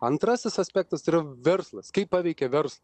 antrasis aspektas yra verslas kaip paveikė verslą